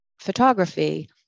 photography